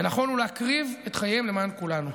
ונכונו להקריב את חייהם למען כולנו.